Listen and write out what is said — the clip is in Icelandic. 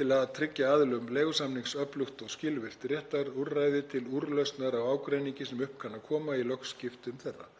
til að tryggja aðilum leigusamnings öflugt og skilvirkt réttarúrræði til úrlausnar á ágreiningi sem upp kann að koma í lögskiptum þeirra.